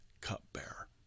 cupbearer